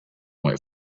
went